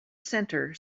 center